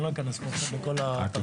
אני לא אכנס פה עכשיו לכל התרחיש.